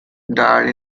died